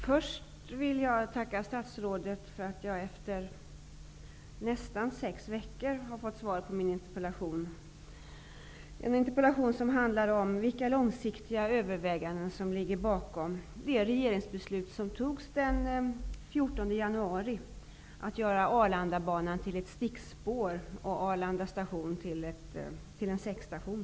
Fru talman! Jag vill först tacka statsrådet för att jag efter nästan sex veckor har fått svar på min interpellation, som handlar om vilka långsiktiga överväganden som ligger bakom det regeringsbeslut som fattades den 14 januari om att göra Arlandabanan till ett stickspår och Arlanda station till en säckstation.